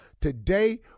Today